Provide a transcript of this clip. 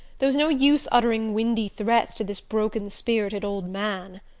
there was no use uttering windy threats to this broken-spirited old man.